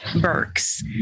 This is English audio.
burks